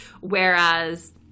whereas